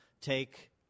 take